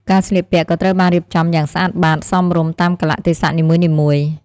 ការស្លៀកពាក់ក៏ត្រូវបានរៀបចំយ៉ាងស្អាតបាតសមរម្យតាមកាលៈទេសៈនីមួយៗ។